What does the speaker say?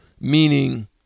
meaning